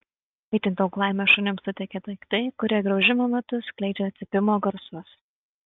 itin daug laimės šunims suteikia daiktai kurie graužimo metu skleidžia cypimo garsus